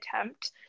attempt